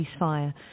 ceasefire